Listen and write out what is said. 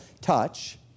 touch